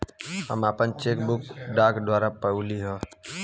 हम आपन cheque book डाक द्वारा पउली है